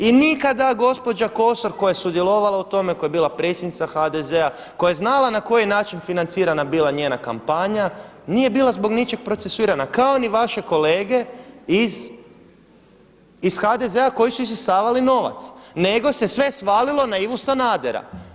I nikada gospođa Kosor koja je sudjelovala u tome koja je bila predsjednica HDZ-a koja je znala na koji je način financirana bila njena kampanja, nije bila zbog ničeg procesuirana kao ni vaše kolege iz HDZ-a koji su isisavali novac, nego se sve svalilo na Ivu Sanadera.